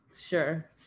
sure